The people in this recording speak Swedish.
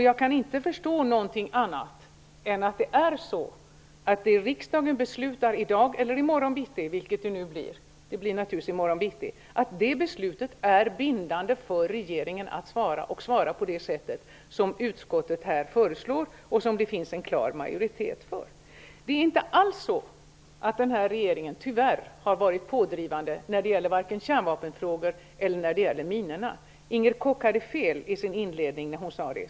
Jag kan inte förstå annat än att det beslut riksdagen fattar i morgon bitti gör det bindande för regeringen att svara, och svara på det sätt som utskottet här föreslår och som det finns en klar majoritet för. Den nuvarande regeringen har tyvärr inte alls varit pådrivande när det gäller vare sig kärnvapenfrågor eller minorna. Inger Koch hade fel i sin inledning när hon sade det.